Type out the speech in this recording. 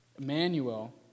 Emmanuel